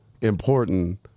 important